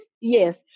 yes